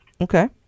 Okay